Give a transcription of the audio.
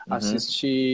Assisti